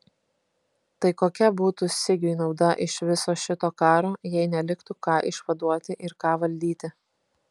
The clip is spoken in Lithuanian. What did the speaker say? tai kokia būtų sigiui nauda iš viso šito karo jei neliktų ką išvaduoti ir ką valdyti